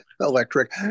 electric